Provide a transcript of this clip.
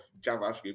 JavaScript